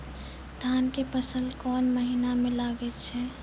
धान के फसल कोन महिना म लागे छै?